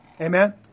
Amen